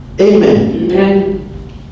Amen